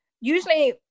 usually